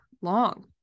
long